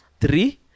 three